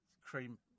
Cream